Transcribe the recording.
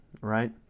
right